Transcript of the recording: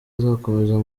azakomeza